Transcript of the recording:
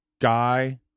guy